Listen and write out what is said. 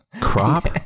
Crop